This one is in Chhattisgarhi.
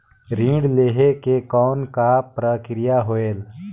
ऋण लहे के कौन का प्रक्रिया होयल?